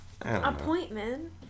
Appointment